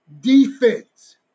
Defense